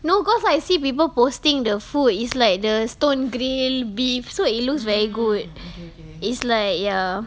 no cause I see people posting the food it's like the stone grill beef so it looks very good it's like ya